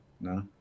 No